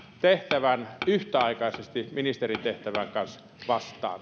tehtävän yhtäaikaisesti ministerin tehtävän kanssa vastaan